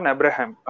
Abraham